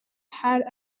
had